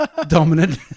dominant